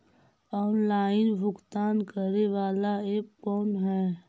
Online भुगतान करे बाला ऐप कौन है?